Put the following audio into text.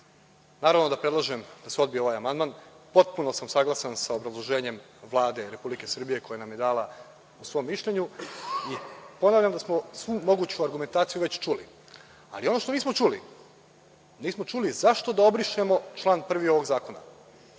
dan. Naravno da predlažem da se odbije ovaj amandman. Potpuno sam saglasan sa obrazloženjem Vlade Republike Srbije koje nam je dala u svom mišljenju. Ponavljam da smo svu moguću argumentaciju već čuli. Ali, ono što nismo čuli, nismo čuli zašto da obrišemo član 1. ovog zakona?